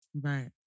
Right